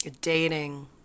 dating